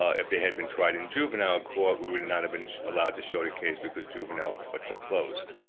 ah if they had been tried in a juvenile court, we would not have been allowed to show the case because juvenile courts are closed.